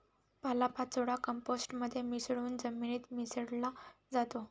पालापाचोळा कंपोस्ट मध्ये मिसळून जमिनीत मिसळला जातो